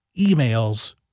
emails